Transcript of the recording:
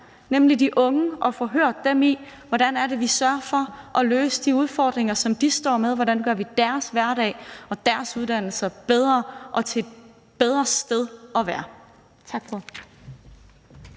nemlig de unge, og få hørt dem om, hvordan vi sørger for at løse de udfordringer, som de står med, og hvordan vi gør deres hverdag og deres uddannelsessteder bedre og til et bedre sted at være.